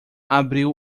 abriu